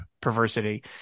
perversity